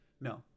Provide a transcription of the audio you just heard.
No